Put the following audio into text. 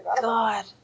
God